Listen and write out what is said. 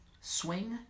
swing